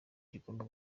igomba